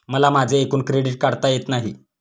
मला माझे एकूण क्रेडिट काढता येत नाही